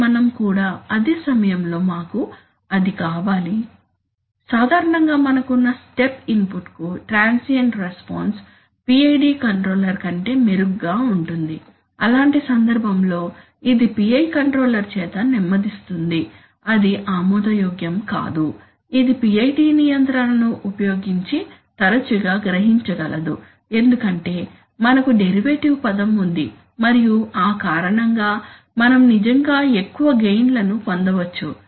కానీ మనం కూడా అదే సమయంలో మాకు అది కావాలి సాధారణంగా మనకున్న స్టెప్ ఇన్పుట్కు ట్రాన్సియెంట్ రెస్పాన్స్ PID కంట్రోలర్ కంటే మెరుగ్గా ఉంటుంది అలాంటి సందర్భంలో ఇది PI కంట్రోలర్ చేత నెమ్మదిస్తుంది ఇది ఆమోదయోగ్యం కాదు ఇది PID నియంత్రణను ఉపయోగించి తరచుగా గ్రహించగలదు ఎందుకంటే మనకు డెరివేటివ్ పదం ఉంది మరియు ఆ కారణంగా మనం నిజంగా ఎక్కువ గెయిన్ లను పొందవచ్చు